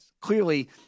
clearly